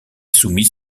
soumis